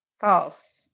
False